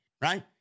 right